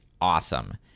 awesome